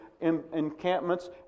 encampments